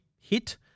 hit